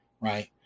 right